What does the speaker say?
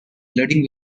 leading